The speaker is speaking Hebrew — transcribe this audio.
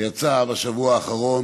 שיצא בשבוע האחרון,